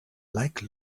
like